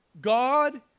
God